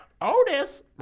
Otis